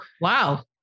wow